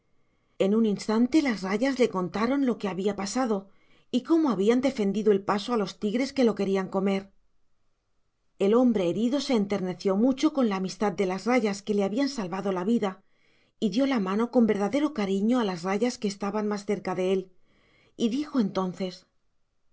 en un instante las rayas le contaron lo que había pasado y cómo habían defendido el paso a los tigres que lo querían comer el hombre herido se enterneció mucho con la amistad de las rayas que le habían salvado la vida y dio la mano con verdadero cariño a las rayas que estaban más cerca de él y dijo entonces